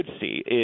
see